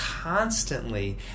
constantly